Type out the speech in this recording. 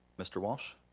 mr. walsh?